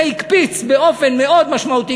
זה הקפיץ באופן משמעותי,